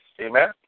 Amen